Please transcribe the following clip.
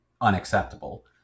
unacceptable